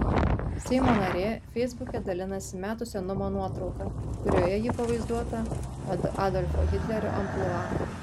seimo narė feisbuke dalinasi metų senumo nuotrauka kurioje ji pavaizduota adolfo hitlerio amplua